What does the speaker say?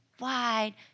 wide